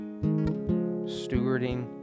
Stewarding